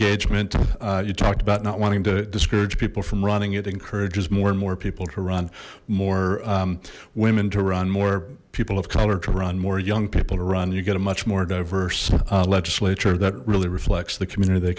engagement you talked about not wanting to discourage people from running it encourages more and more people to run more women to run more people of color to run more young people to run you get a much more diverse legislature that really reflects the community they